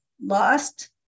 lost